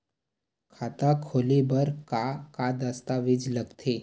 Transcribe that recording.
खाता खोले बर का का दस्तावेज लगथे?